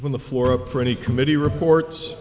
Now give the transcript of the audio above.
when the floor up for any committee reports